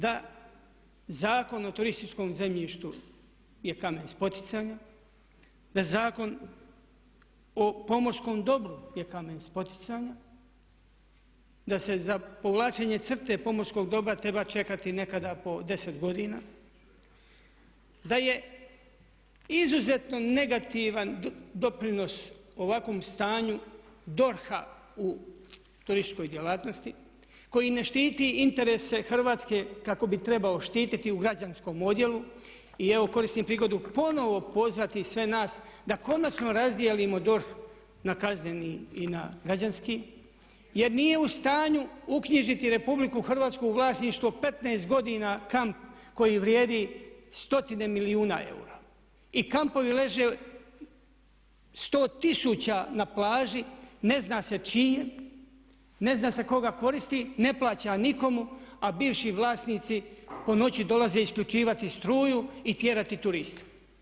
Da Zakon o turističkom zemljištu je kamen spoticanja, da Zakon o pomorskom dobru je kamen spoticanja, da se za povlačenje crte pomorskog dobra treba čekati nekada po 10 godina, da je izuzetno negativan doprinos ovakvom stanju DORH-a u turističkoj djelatnosti koji ne štiti interese Hrvatske kako bi trebao štiti u građanskom odjelu i evo koristim prigodu ponovno pozvati sve nas da konačno razdijelimo DORH na kazneni i na građanski jer nije u stanju uknjižiti RH u vlasništvo 15 godina kamp koji vrijedi stotine milijuna eura i kampovi leže sto tisuća na plaži, ne zna se čiji je, ne zna se tko ga koristi, ne plaća nikome a bivši vlasnici po noći dolaze isključivati struju i tjerati turiste.